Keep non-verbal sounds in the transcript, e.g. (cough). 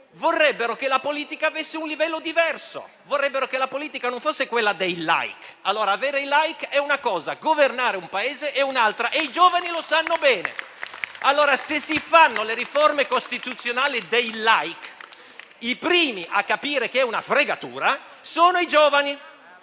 vorrebbero che la politica avesse un livello diverso e non fosse quella dei *like.* Ricevere dei *like* è una cosa, governare un Paese è un'altra e i giovani lo sanno bene. (applause) Se si fanno le riforme costituzionali dei *like,* i primi a capire che è una fregatura sono i giovani.